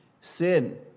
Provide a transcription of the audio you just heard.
sin